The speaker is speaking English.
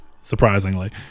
surprisingly